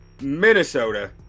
Minnesota